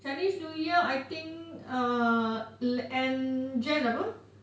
chinese new year I think uh end jan apa